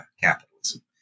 capitalism